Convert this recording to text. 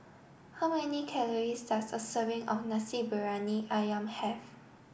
how many calories does a serving of Nasi Briyani Ayam have